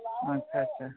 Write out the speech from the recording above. ᱟᱪᱷᱟ ᱪᱷᱟ